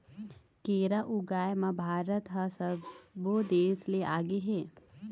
केरा ऊगाए म भारत ह सब्बो देस ले आगे हे